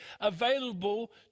available